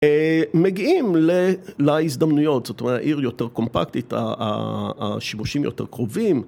מגיעים להזדמנויות, זאת אומרת, העיר יותר קומפקטית, השיבושים יותר קרובים.